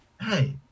Hey